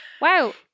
wow